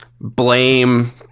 blame